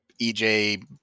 EJ